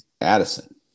Addison